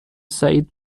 سعید